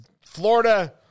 Florida